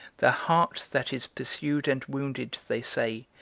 the hart that is pursued and wounded, they say,